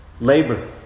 Labor